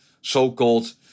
so-called